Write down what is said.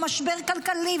משבר כלכלי,